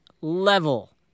Level